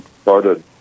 started